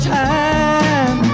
time